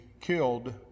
killed